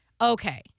okay—